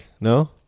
no